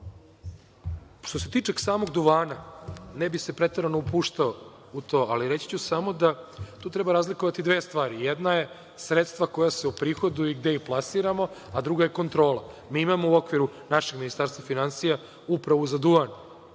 se tiče samog duvana, ne bih se preterano upuštao u to, ali reći ću samo da tu treba razlikovati dve stvari, jedna je sredstva koja se prihoduju i gde ih plasiramo, a druga je kontrola. Mi imamo u okviru našeg Ministarstva finansija Upravu za duvan,